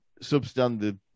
substandard